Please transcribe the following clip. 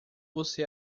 você